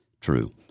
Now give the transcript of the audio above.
true